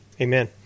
Amen